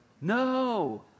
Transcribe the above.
No